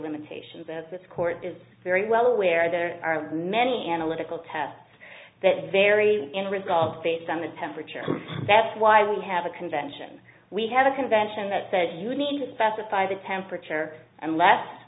limitations of this court is very well aware there are many analytical tests that vary in results based on the temperature that's why we have a convention we have a convention that says you need to specify the temperature